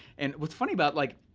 and what's funny about, like,